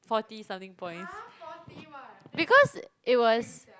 forty something points because it was